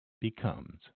becomes